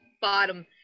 bottom